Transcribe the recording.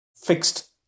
fixed